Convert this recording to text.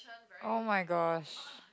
oh-my-gosh